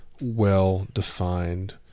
well-defined